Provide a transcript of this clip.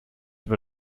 über